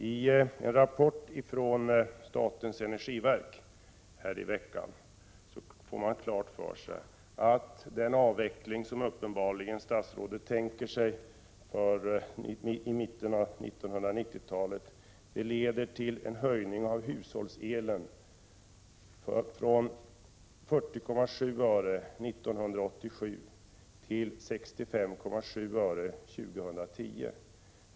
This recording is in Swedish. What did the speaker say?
I en rapport från statens energiverk nu i veckan fick man klart för sig att den avveckling som statsrådet uppenbarligen tänker genomföra till mitten av 1990-talet leder till höjningar av hushållselpriset från 40,7 öre år 1987 till 65,7 öre år 2010.